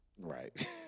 right